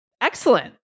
excellent